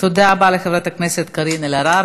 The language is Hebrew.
תודה רבה לחברת הכנסת קארין אלהרר.